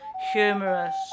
humorous